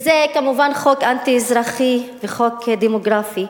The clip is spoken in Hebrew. זה כמובן חוק אנטי-אזרחי וחוק דמוגרפי.